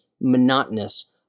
monotonous